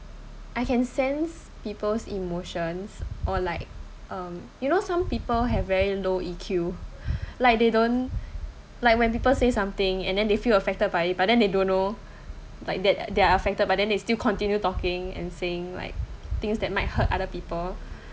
I can sense people's emotions or like um you know some people have very low E_Q like they don't like when people say something and then they feel affected by it but then they don't know like that they are affected but then they still continue talking and saying like things that might hurt other people